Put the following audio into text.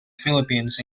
philippines